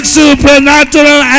supernatural